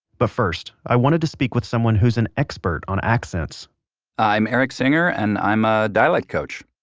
but first, i wanted to speak with someone who's an expert on accents i'm erik singer and i'm a dialect coach